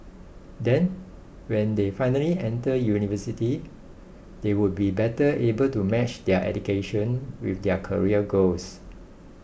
then when they finally enter university they would be better able to match their education with their career goals